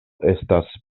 estas